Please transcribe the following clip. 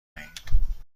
دهیم